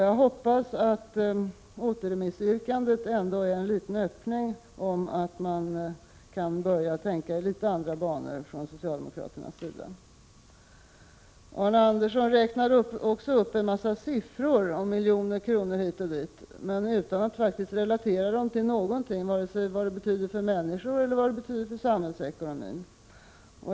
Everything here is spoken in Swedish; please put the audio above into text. Jag hoppas att återremissyrkandet ändå är en liten öppning och att man kan börja tänka i litet andra banor från socialdemokraternas sida. Arne Andersson räknade också upp en massa siffror om miljoner kronor hit och dit men utan att relatera dem till någonting, vare sig vad de betyder för människor eller vad de betyder för samhällsekonomin.